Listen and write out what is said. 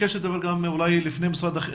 אולי לפני משרד החינוך,